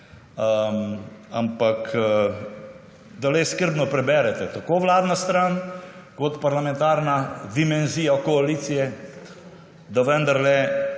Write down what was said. ampak da le skrbno preberete tako vladna stran, kot parlamentarna dimenzija koalicije, da vendarle